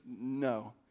no